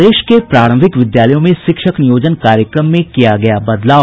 प्रदेश के प्रारंभिक विद्यालयों में शिक्षक नियोजन कार्यक्रम में किया गया बदलाव